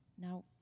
now